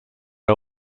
are